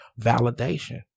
validation